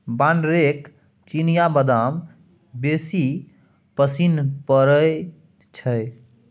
बानरके चिनियाबदाम बेसी पसिन पड़य छै